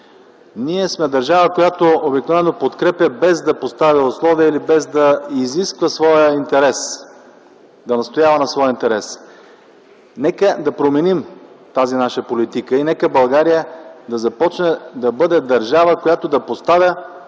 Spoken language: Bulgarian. Ние сме държава, която обикновено подкрепя, без да поставя условия или без да изисква, да настоява за своя интерес. Нека да променим тази наша политика и нека България да започне да става държава, която поставя